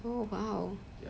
oh !wow!